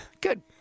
good